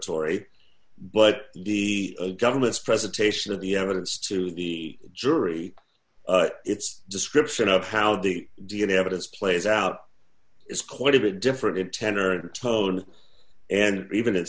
atory but the government's presentation of the evidence to the jury its description of how the d n a evidence plays out is quite a bit different in tenor and tone and even